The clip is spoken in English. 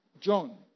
John